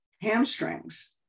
hamstrings